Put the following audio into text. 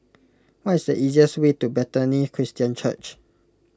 what is the easiest way to Bethany Christian Church